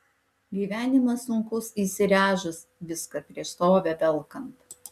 gyvenimas sunkus įsiręžus viską prieš srovę velkant